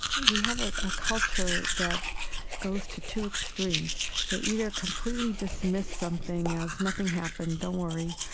we have ah a culture that goes to two extremes they either completely dismiss something as nothing happened, don't worry,